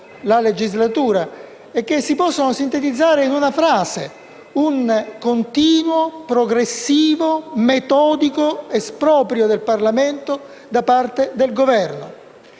la legislatura e che si possono sintetizzare in una frase: un continuo, progressivo, metodico esproprio del Parlamento da parte del Governo.